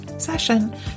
Session